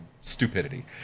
stupidity